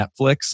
Netflix